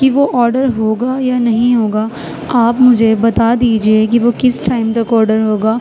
کہ وہ آرڈر ہوگا یا نہیں ہوگا آپ مجھے بتا دیجیے کہ وہ کس ٹائم تک آرڈر ہوگا